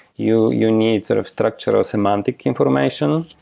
you you need sort of structural semantic information,